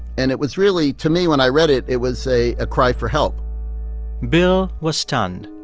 and it was really to me, when i read it, it was a cry for help bill was stunned.